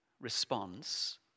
response